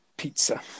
pizza